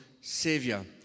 Savior